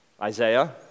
Isaiah